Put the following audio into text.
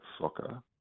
soccer